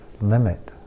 limit